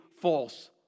false